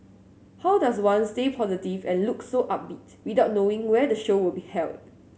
how does one stay positive and look so upbeat without knowing where the show will be held